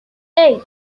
eight